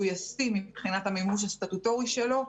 ישים מבחינת המימוש הסטטוטורי שלו.